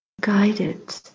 guided